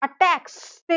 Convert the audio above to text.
attacks